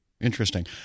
Interesting